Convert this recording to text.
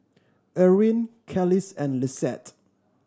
Erwin Kelis and Lissette